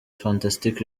fantastic